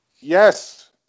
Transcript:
Yes